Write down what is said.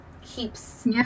keeps